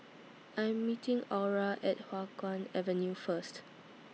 I Am meeting Aura At Hua Guan Avenue First